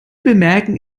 bemerken